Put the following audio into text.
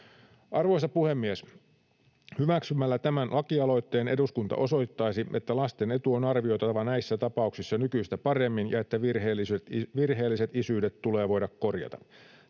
Arvoisa puhemies! Hyväksymällä tämän lakialoitteen eduskunta osoittaisi, että lasten etu on arvioitava näissä tapauksissa nykyistä paremmin ja että virheelliset isyydet tulee voida korjata.